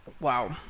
Wow